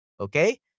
Okay